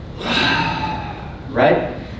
Right